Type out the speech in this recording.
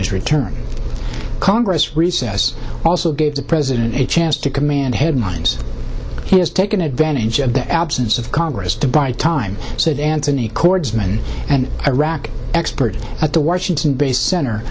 his return to congress recess also gave the president a chance to command headlines he has taken advantage of the absence of congress to buy time said anthony cordesman and iraq expert at the worst based center